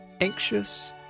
anxious